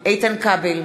איתן כבל,